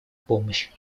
помощь